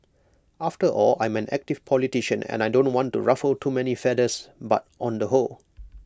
after all I'm an active politician and I don't want to ruffle too many feathers but on the whole